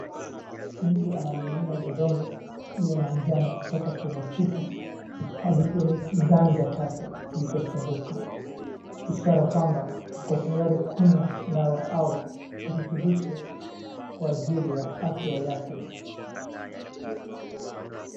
Mtu anamimina vidonge vya majano kutoka kwenye chupa hadi kwenye kiganja chake kilichofunguka. Ishara kwamba ako tayari kunywa dawa au virutubisho kwa ajili ya afya yake.